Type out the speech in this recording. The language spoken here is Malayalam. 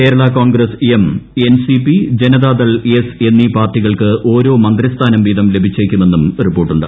Kerala Congress M N C P Janata Dal S എന്നീ പാർട്ടികൾക്ക് ഓരോ മന്ത്രിസ്ഥാനം വീതം ലഭിച്ചേയ്ക്കുമെന്നും റിപ്പോർട്ടുണ്ട്